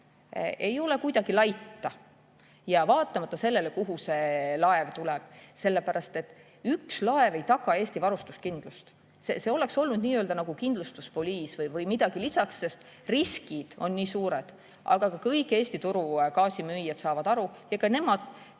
ei ole kuidagi laita, vaatamata sellele, kuhu see laev tuleb. Üks laev ei taga Eesti varustuskindlust. See oleks olnud nagu kindlustuspoliis või midagi lisaks, sest riskid on nii suured. Aga ka kõik Eesti turu gaasimüüjad saavad aru. Nii nagu